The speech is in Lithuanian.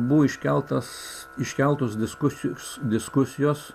buvo iškeltas iškeltos diskusijos diskusijos